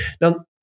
Now